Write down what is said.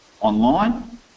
online